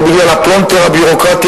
אבל בגלל הפלונטר הביורוקרטי